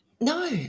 No